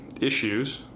issues